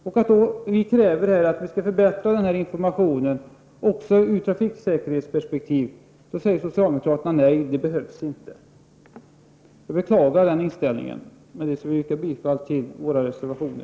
Vi kräver här att informationen skall förbättras, detta även med tanke på trafiksäkerheten. Men socialdemokraterna säger att det inte behövs. Jag beklagar denna inställning. Med detta vill jag än en gång yrka bifall till våra reservationer.